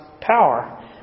power